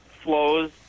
flows